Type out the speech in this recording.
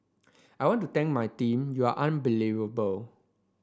I want to thank my team you're unbelievable